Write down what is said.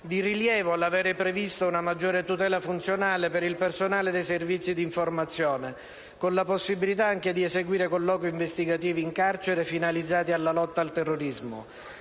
Di rilievo è l'avere previsto una maggiore tutela funzionale per il personale dei servizi di informazione, con la possibilità anche di eseguire colloqui investigativi in carcere finalizzati alla lotta al terrorismo.